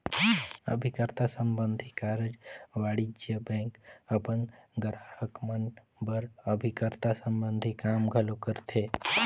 अभिकर्ता संबंधी कारज वाणिज्य बेंक अपन गराहक मन बर अभिकर्ता संबंधी काम घलो करथे